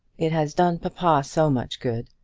it has done papa so much good!